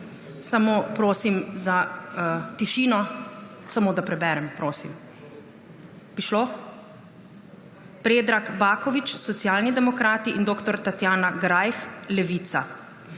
… Prosim za tišino. Samo, da preberem, prosim. Bi šlo? Predrag Baković, Socialni demokrati, in dr. Tatjana Greif, Levica.